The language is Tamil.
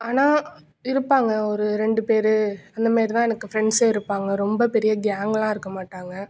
ஆனால் இருப்பாங்க ஒரு ரெண்டு பேர் அந்தமாரி தான் எனக்கு ஃப்ரெண்ட்ஸே இருப்பாங்க ரொம்ப பெரிய கேங்கெலாம் இருக்க மாட்டாங்க